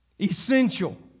Essential